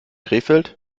krefeld